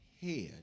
head